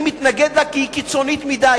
אני מתנגד לה כי היא קיצונית מדי,